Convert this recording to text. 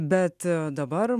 bet dabar